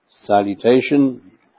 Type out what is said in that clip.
salutation